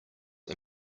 are